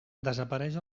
desapareix